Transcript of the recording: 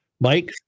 Mike